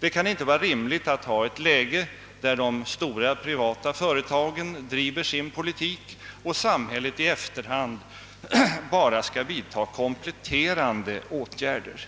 Det kan inte vara rimligt att ha ett läge där de stora privata företagen driver sin politik och samhället i efterhand bara skall vidta kompletterande åtgärder.